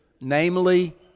namely